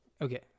Okay